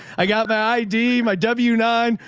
i got the id, my w nine,